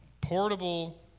portable